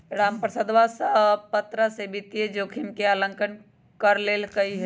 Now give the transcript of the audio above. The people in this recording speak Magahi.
रामप्रसादवा सब प्तरह के वित्तीय जोखिम के आंकलन कर लेल कई है